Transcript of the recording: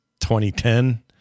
2010